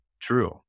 true